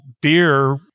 beer